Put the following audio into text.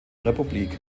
republik